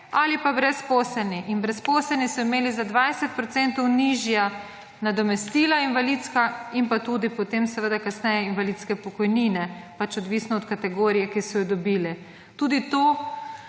ali pa brezposelni. In brezposelni so imeli za 20 % nižja nadomestila invalidska in pa tudi potem seveda kasneje invalidske pokojnine, pač odvisno od kategorije, ki so jo dobili. Tudi to